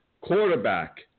quarterback